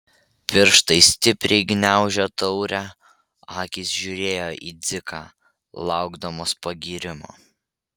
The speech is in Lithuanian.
pirštai stipriai gniaužė taurę akys žiūrėjo į dziką laukdamos pagyrimo